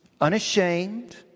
unashamed